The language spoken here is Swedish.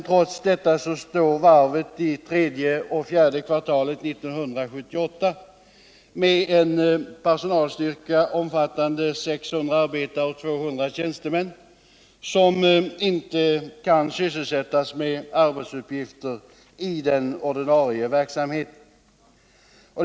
Trots detta står varvet i tredje och fjärde kvartalet 1978 med en personalstyrka omfattande 600 arbetare och 200 tjänstemän som inte kan sysselsättas med arbetsuppgifter i den ordinarie verksamheten.